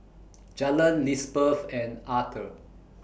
Jalen Lizbeth and Arther